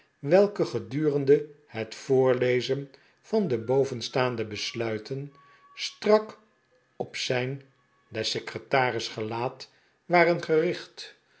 welke gedurende het voorlezen van de bovenstaande besluiten strak op zijn des secretaris gelaat waren gericht